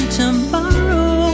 tomorrow